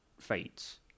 fates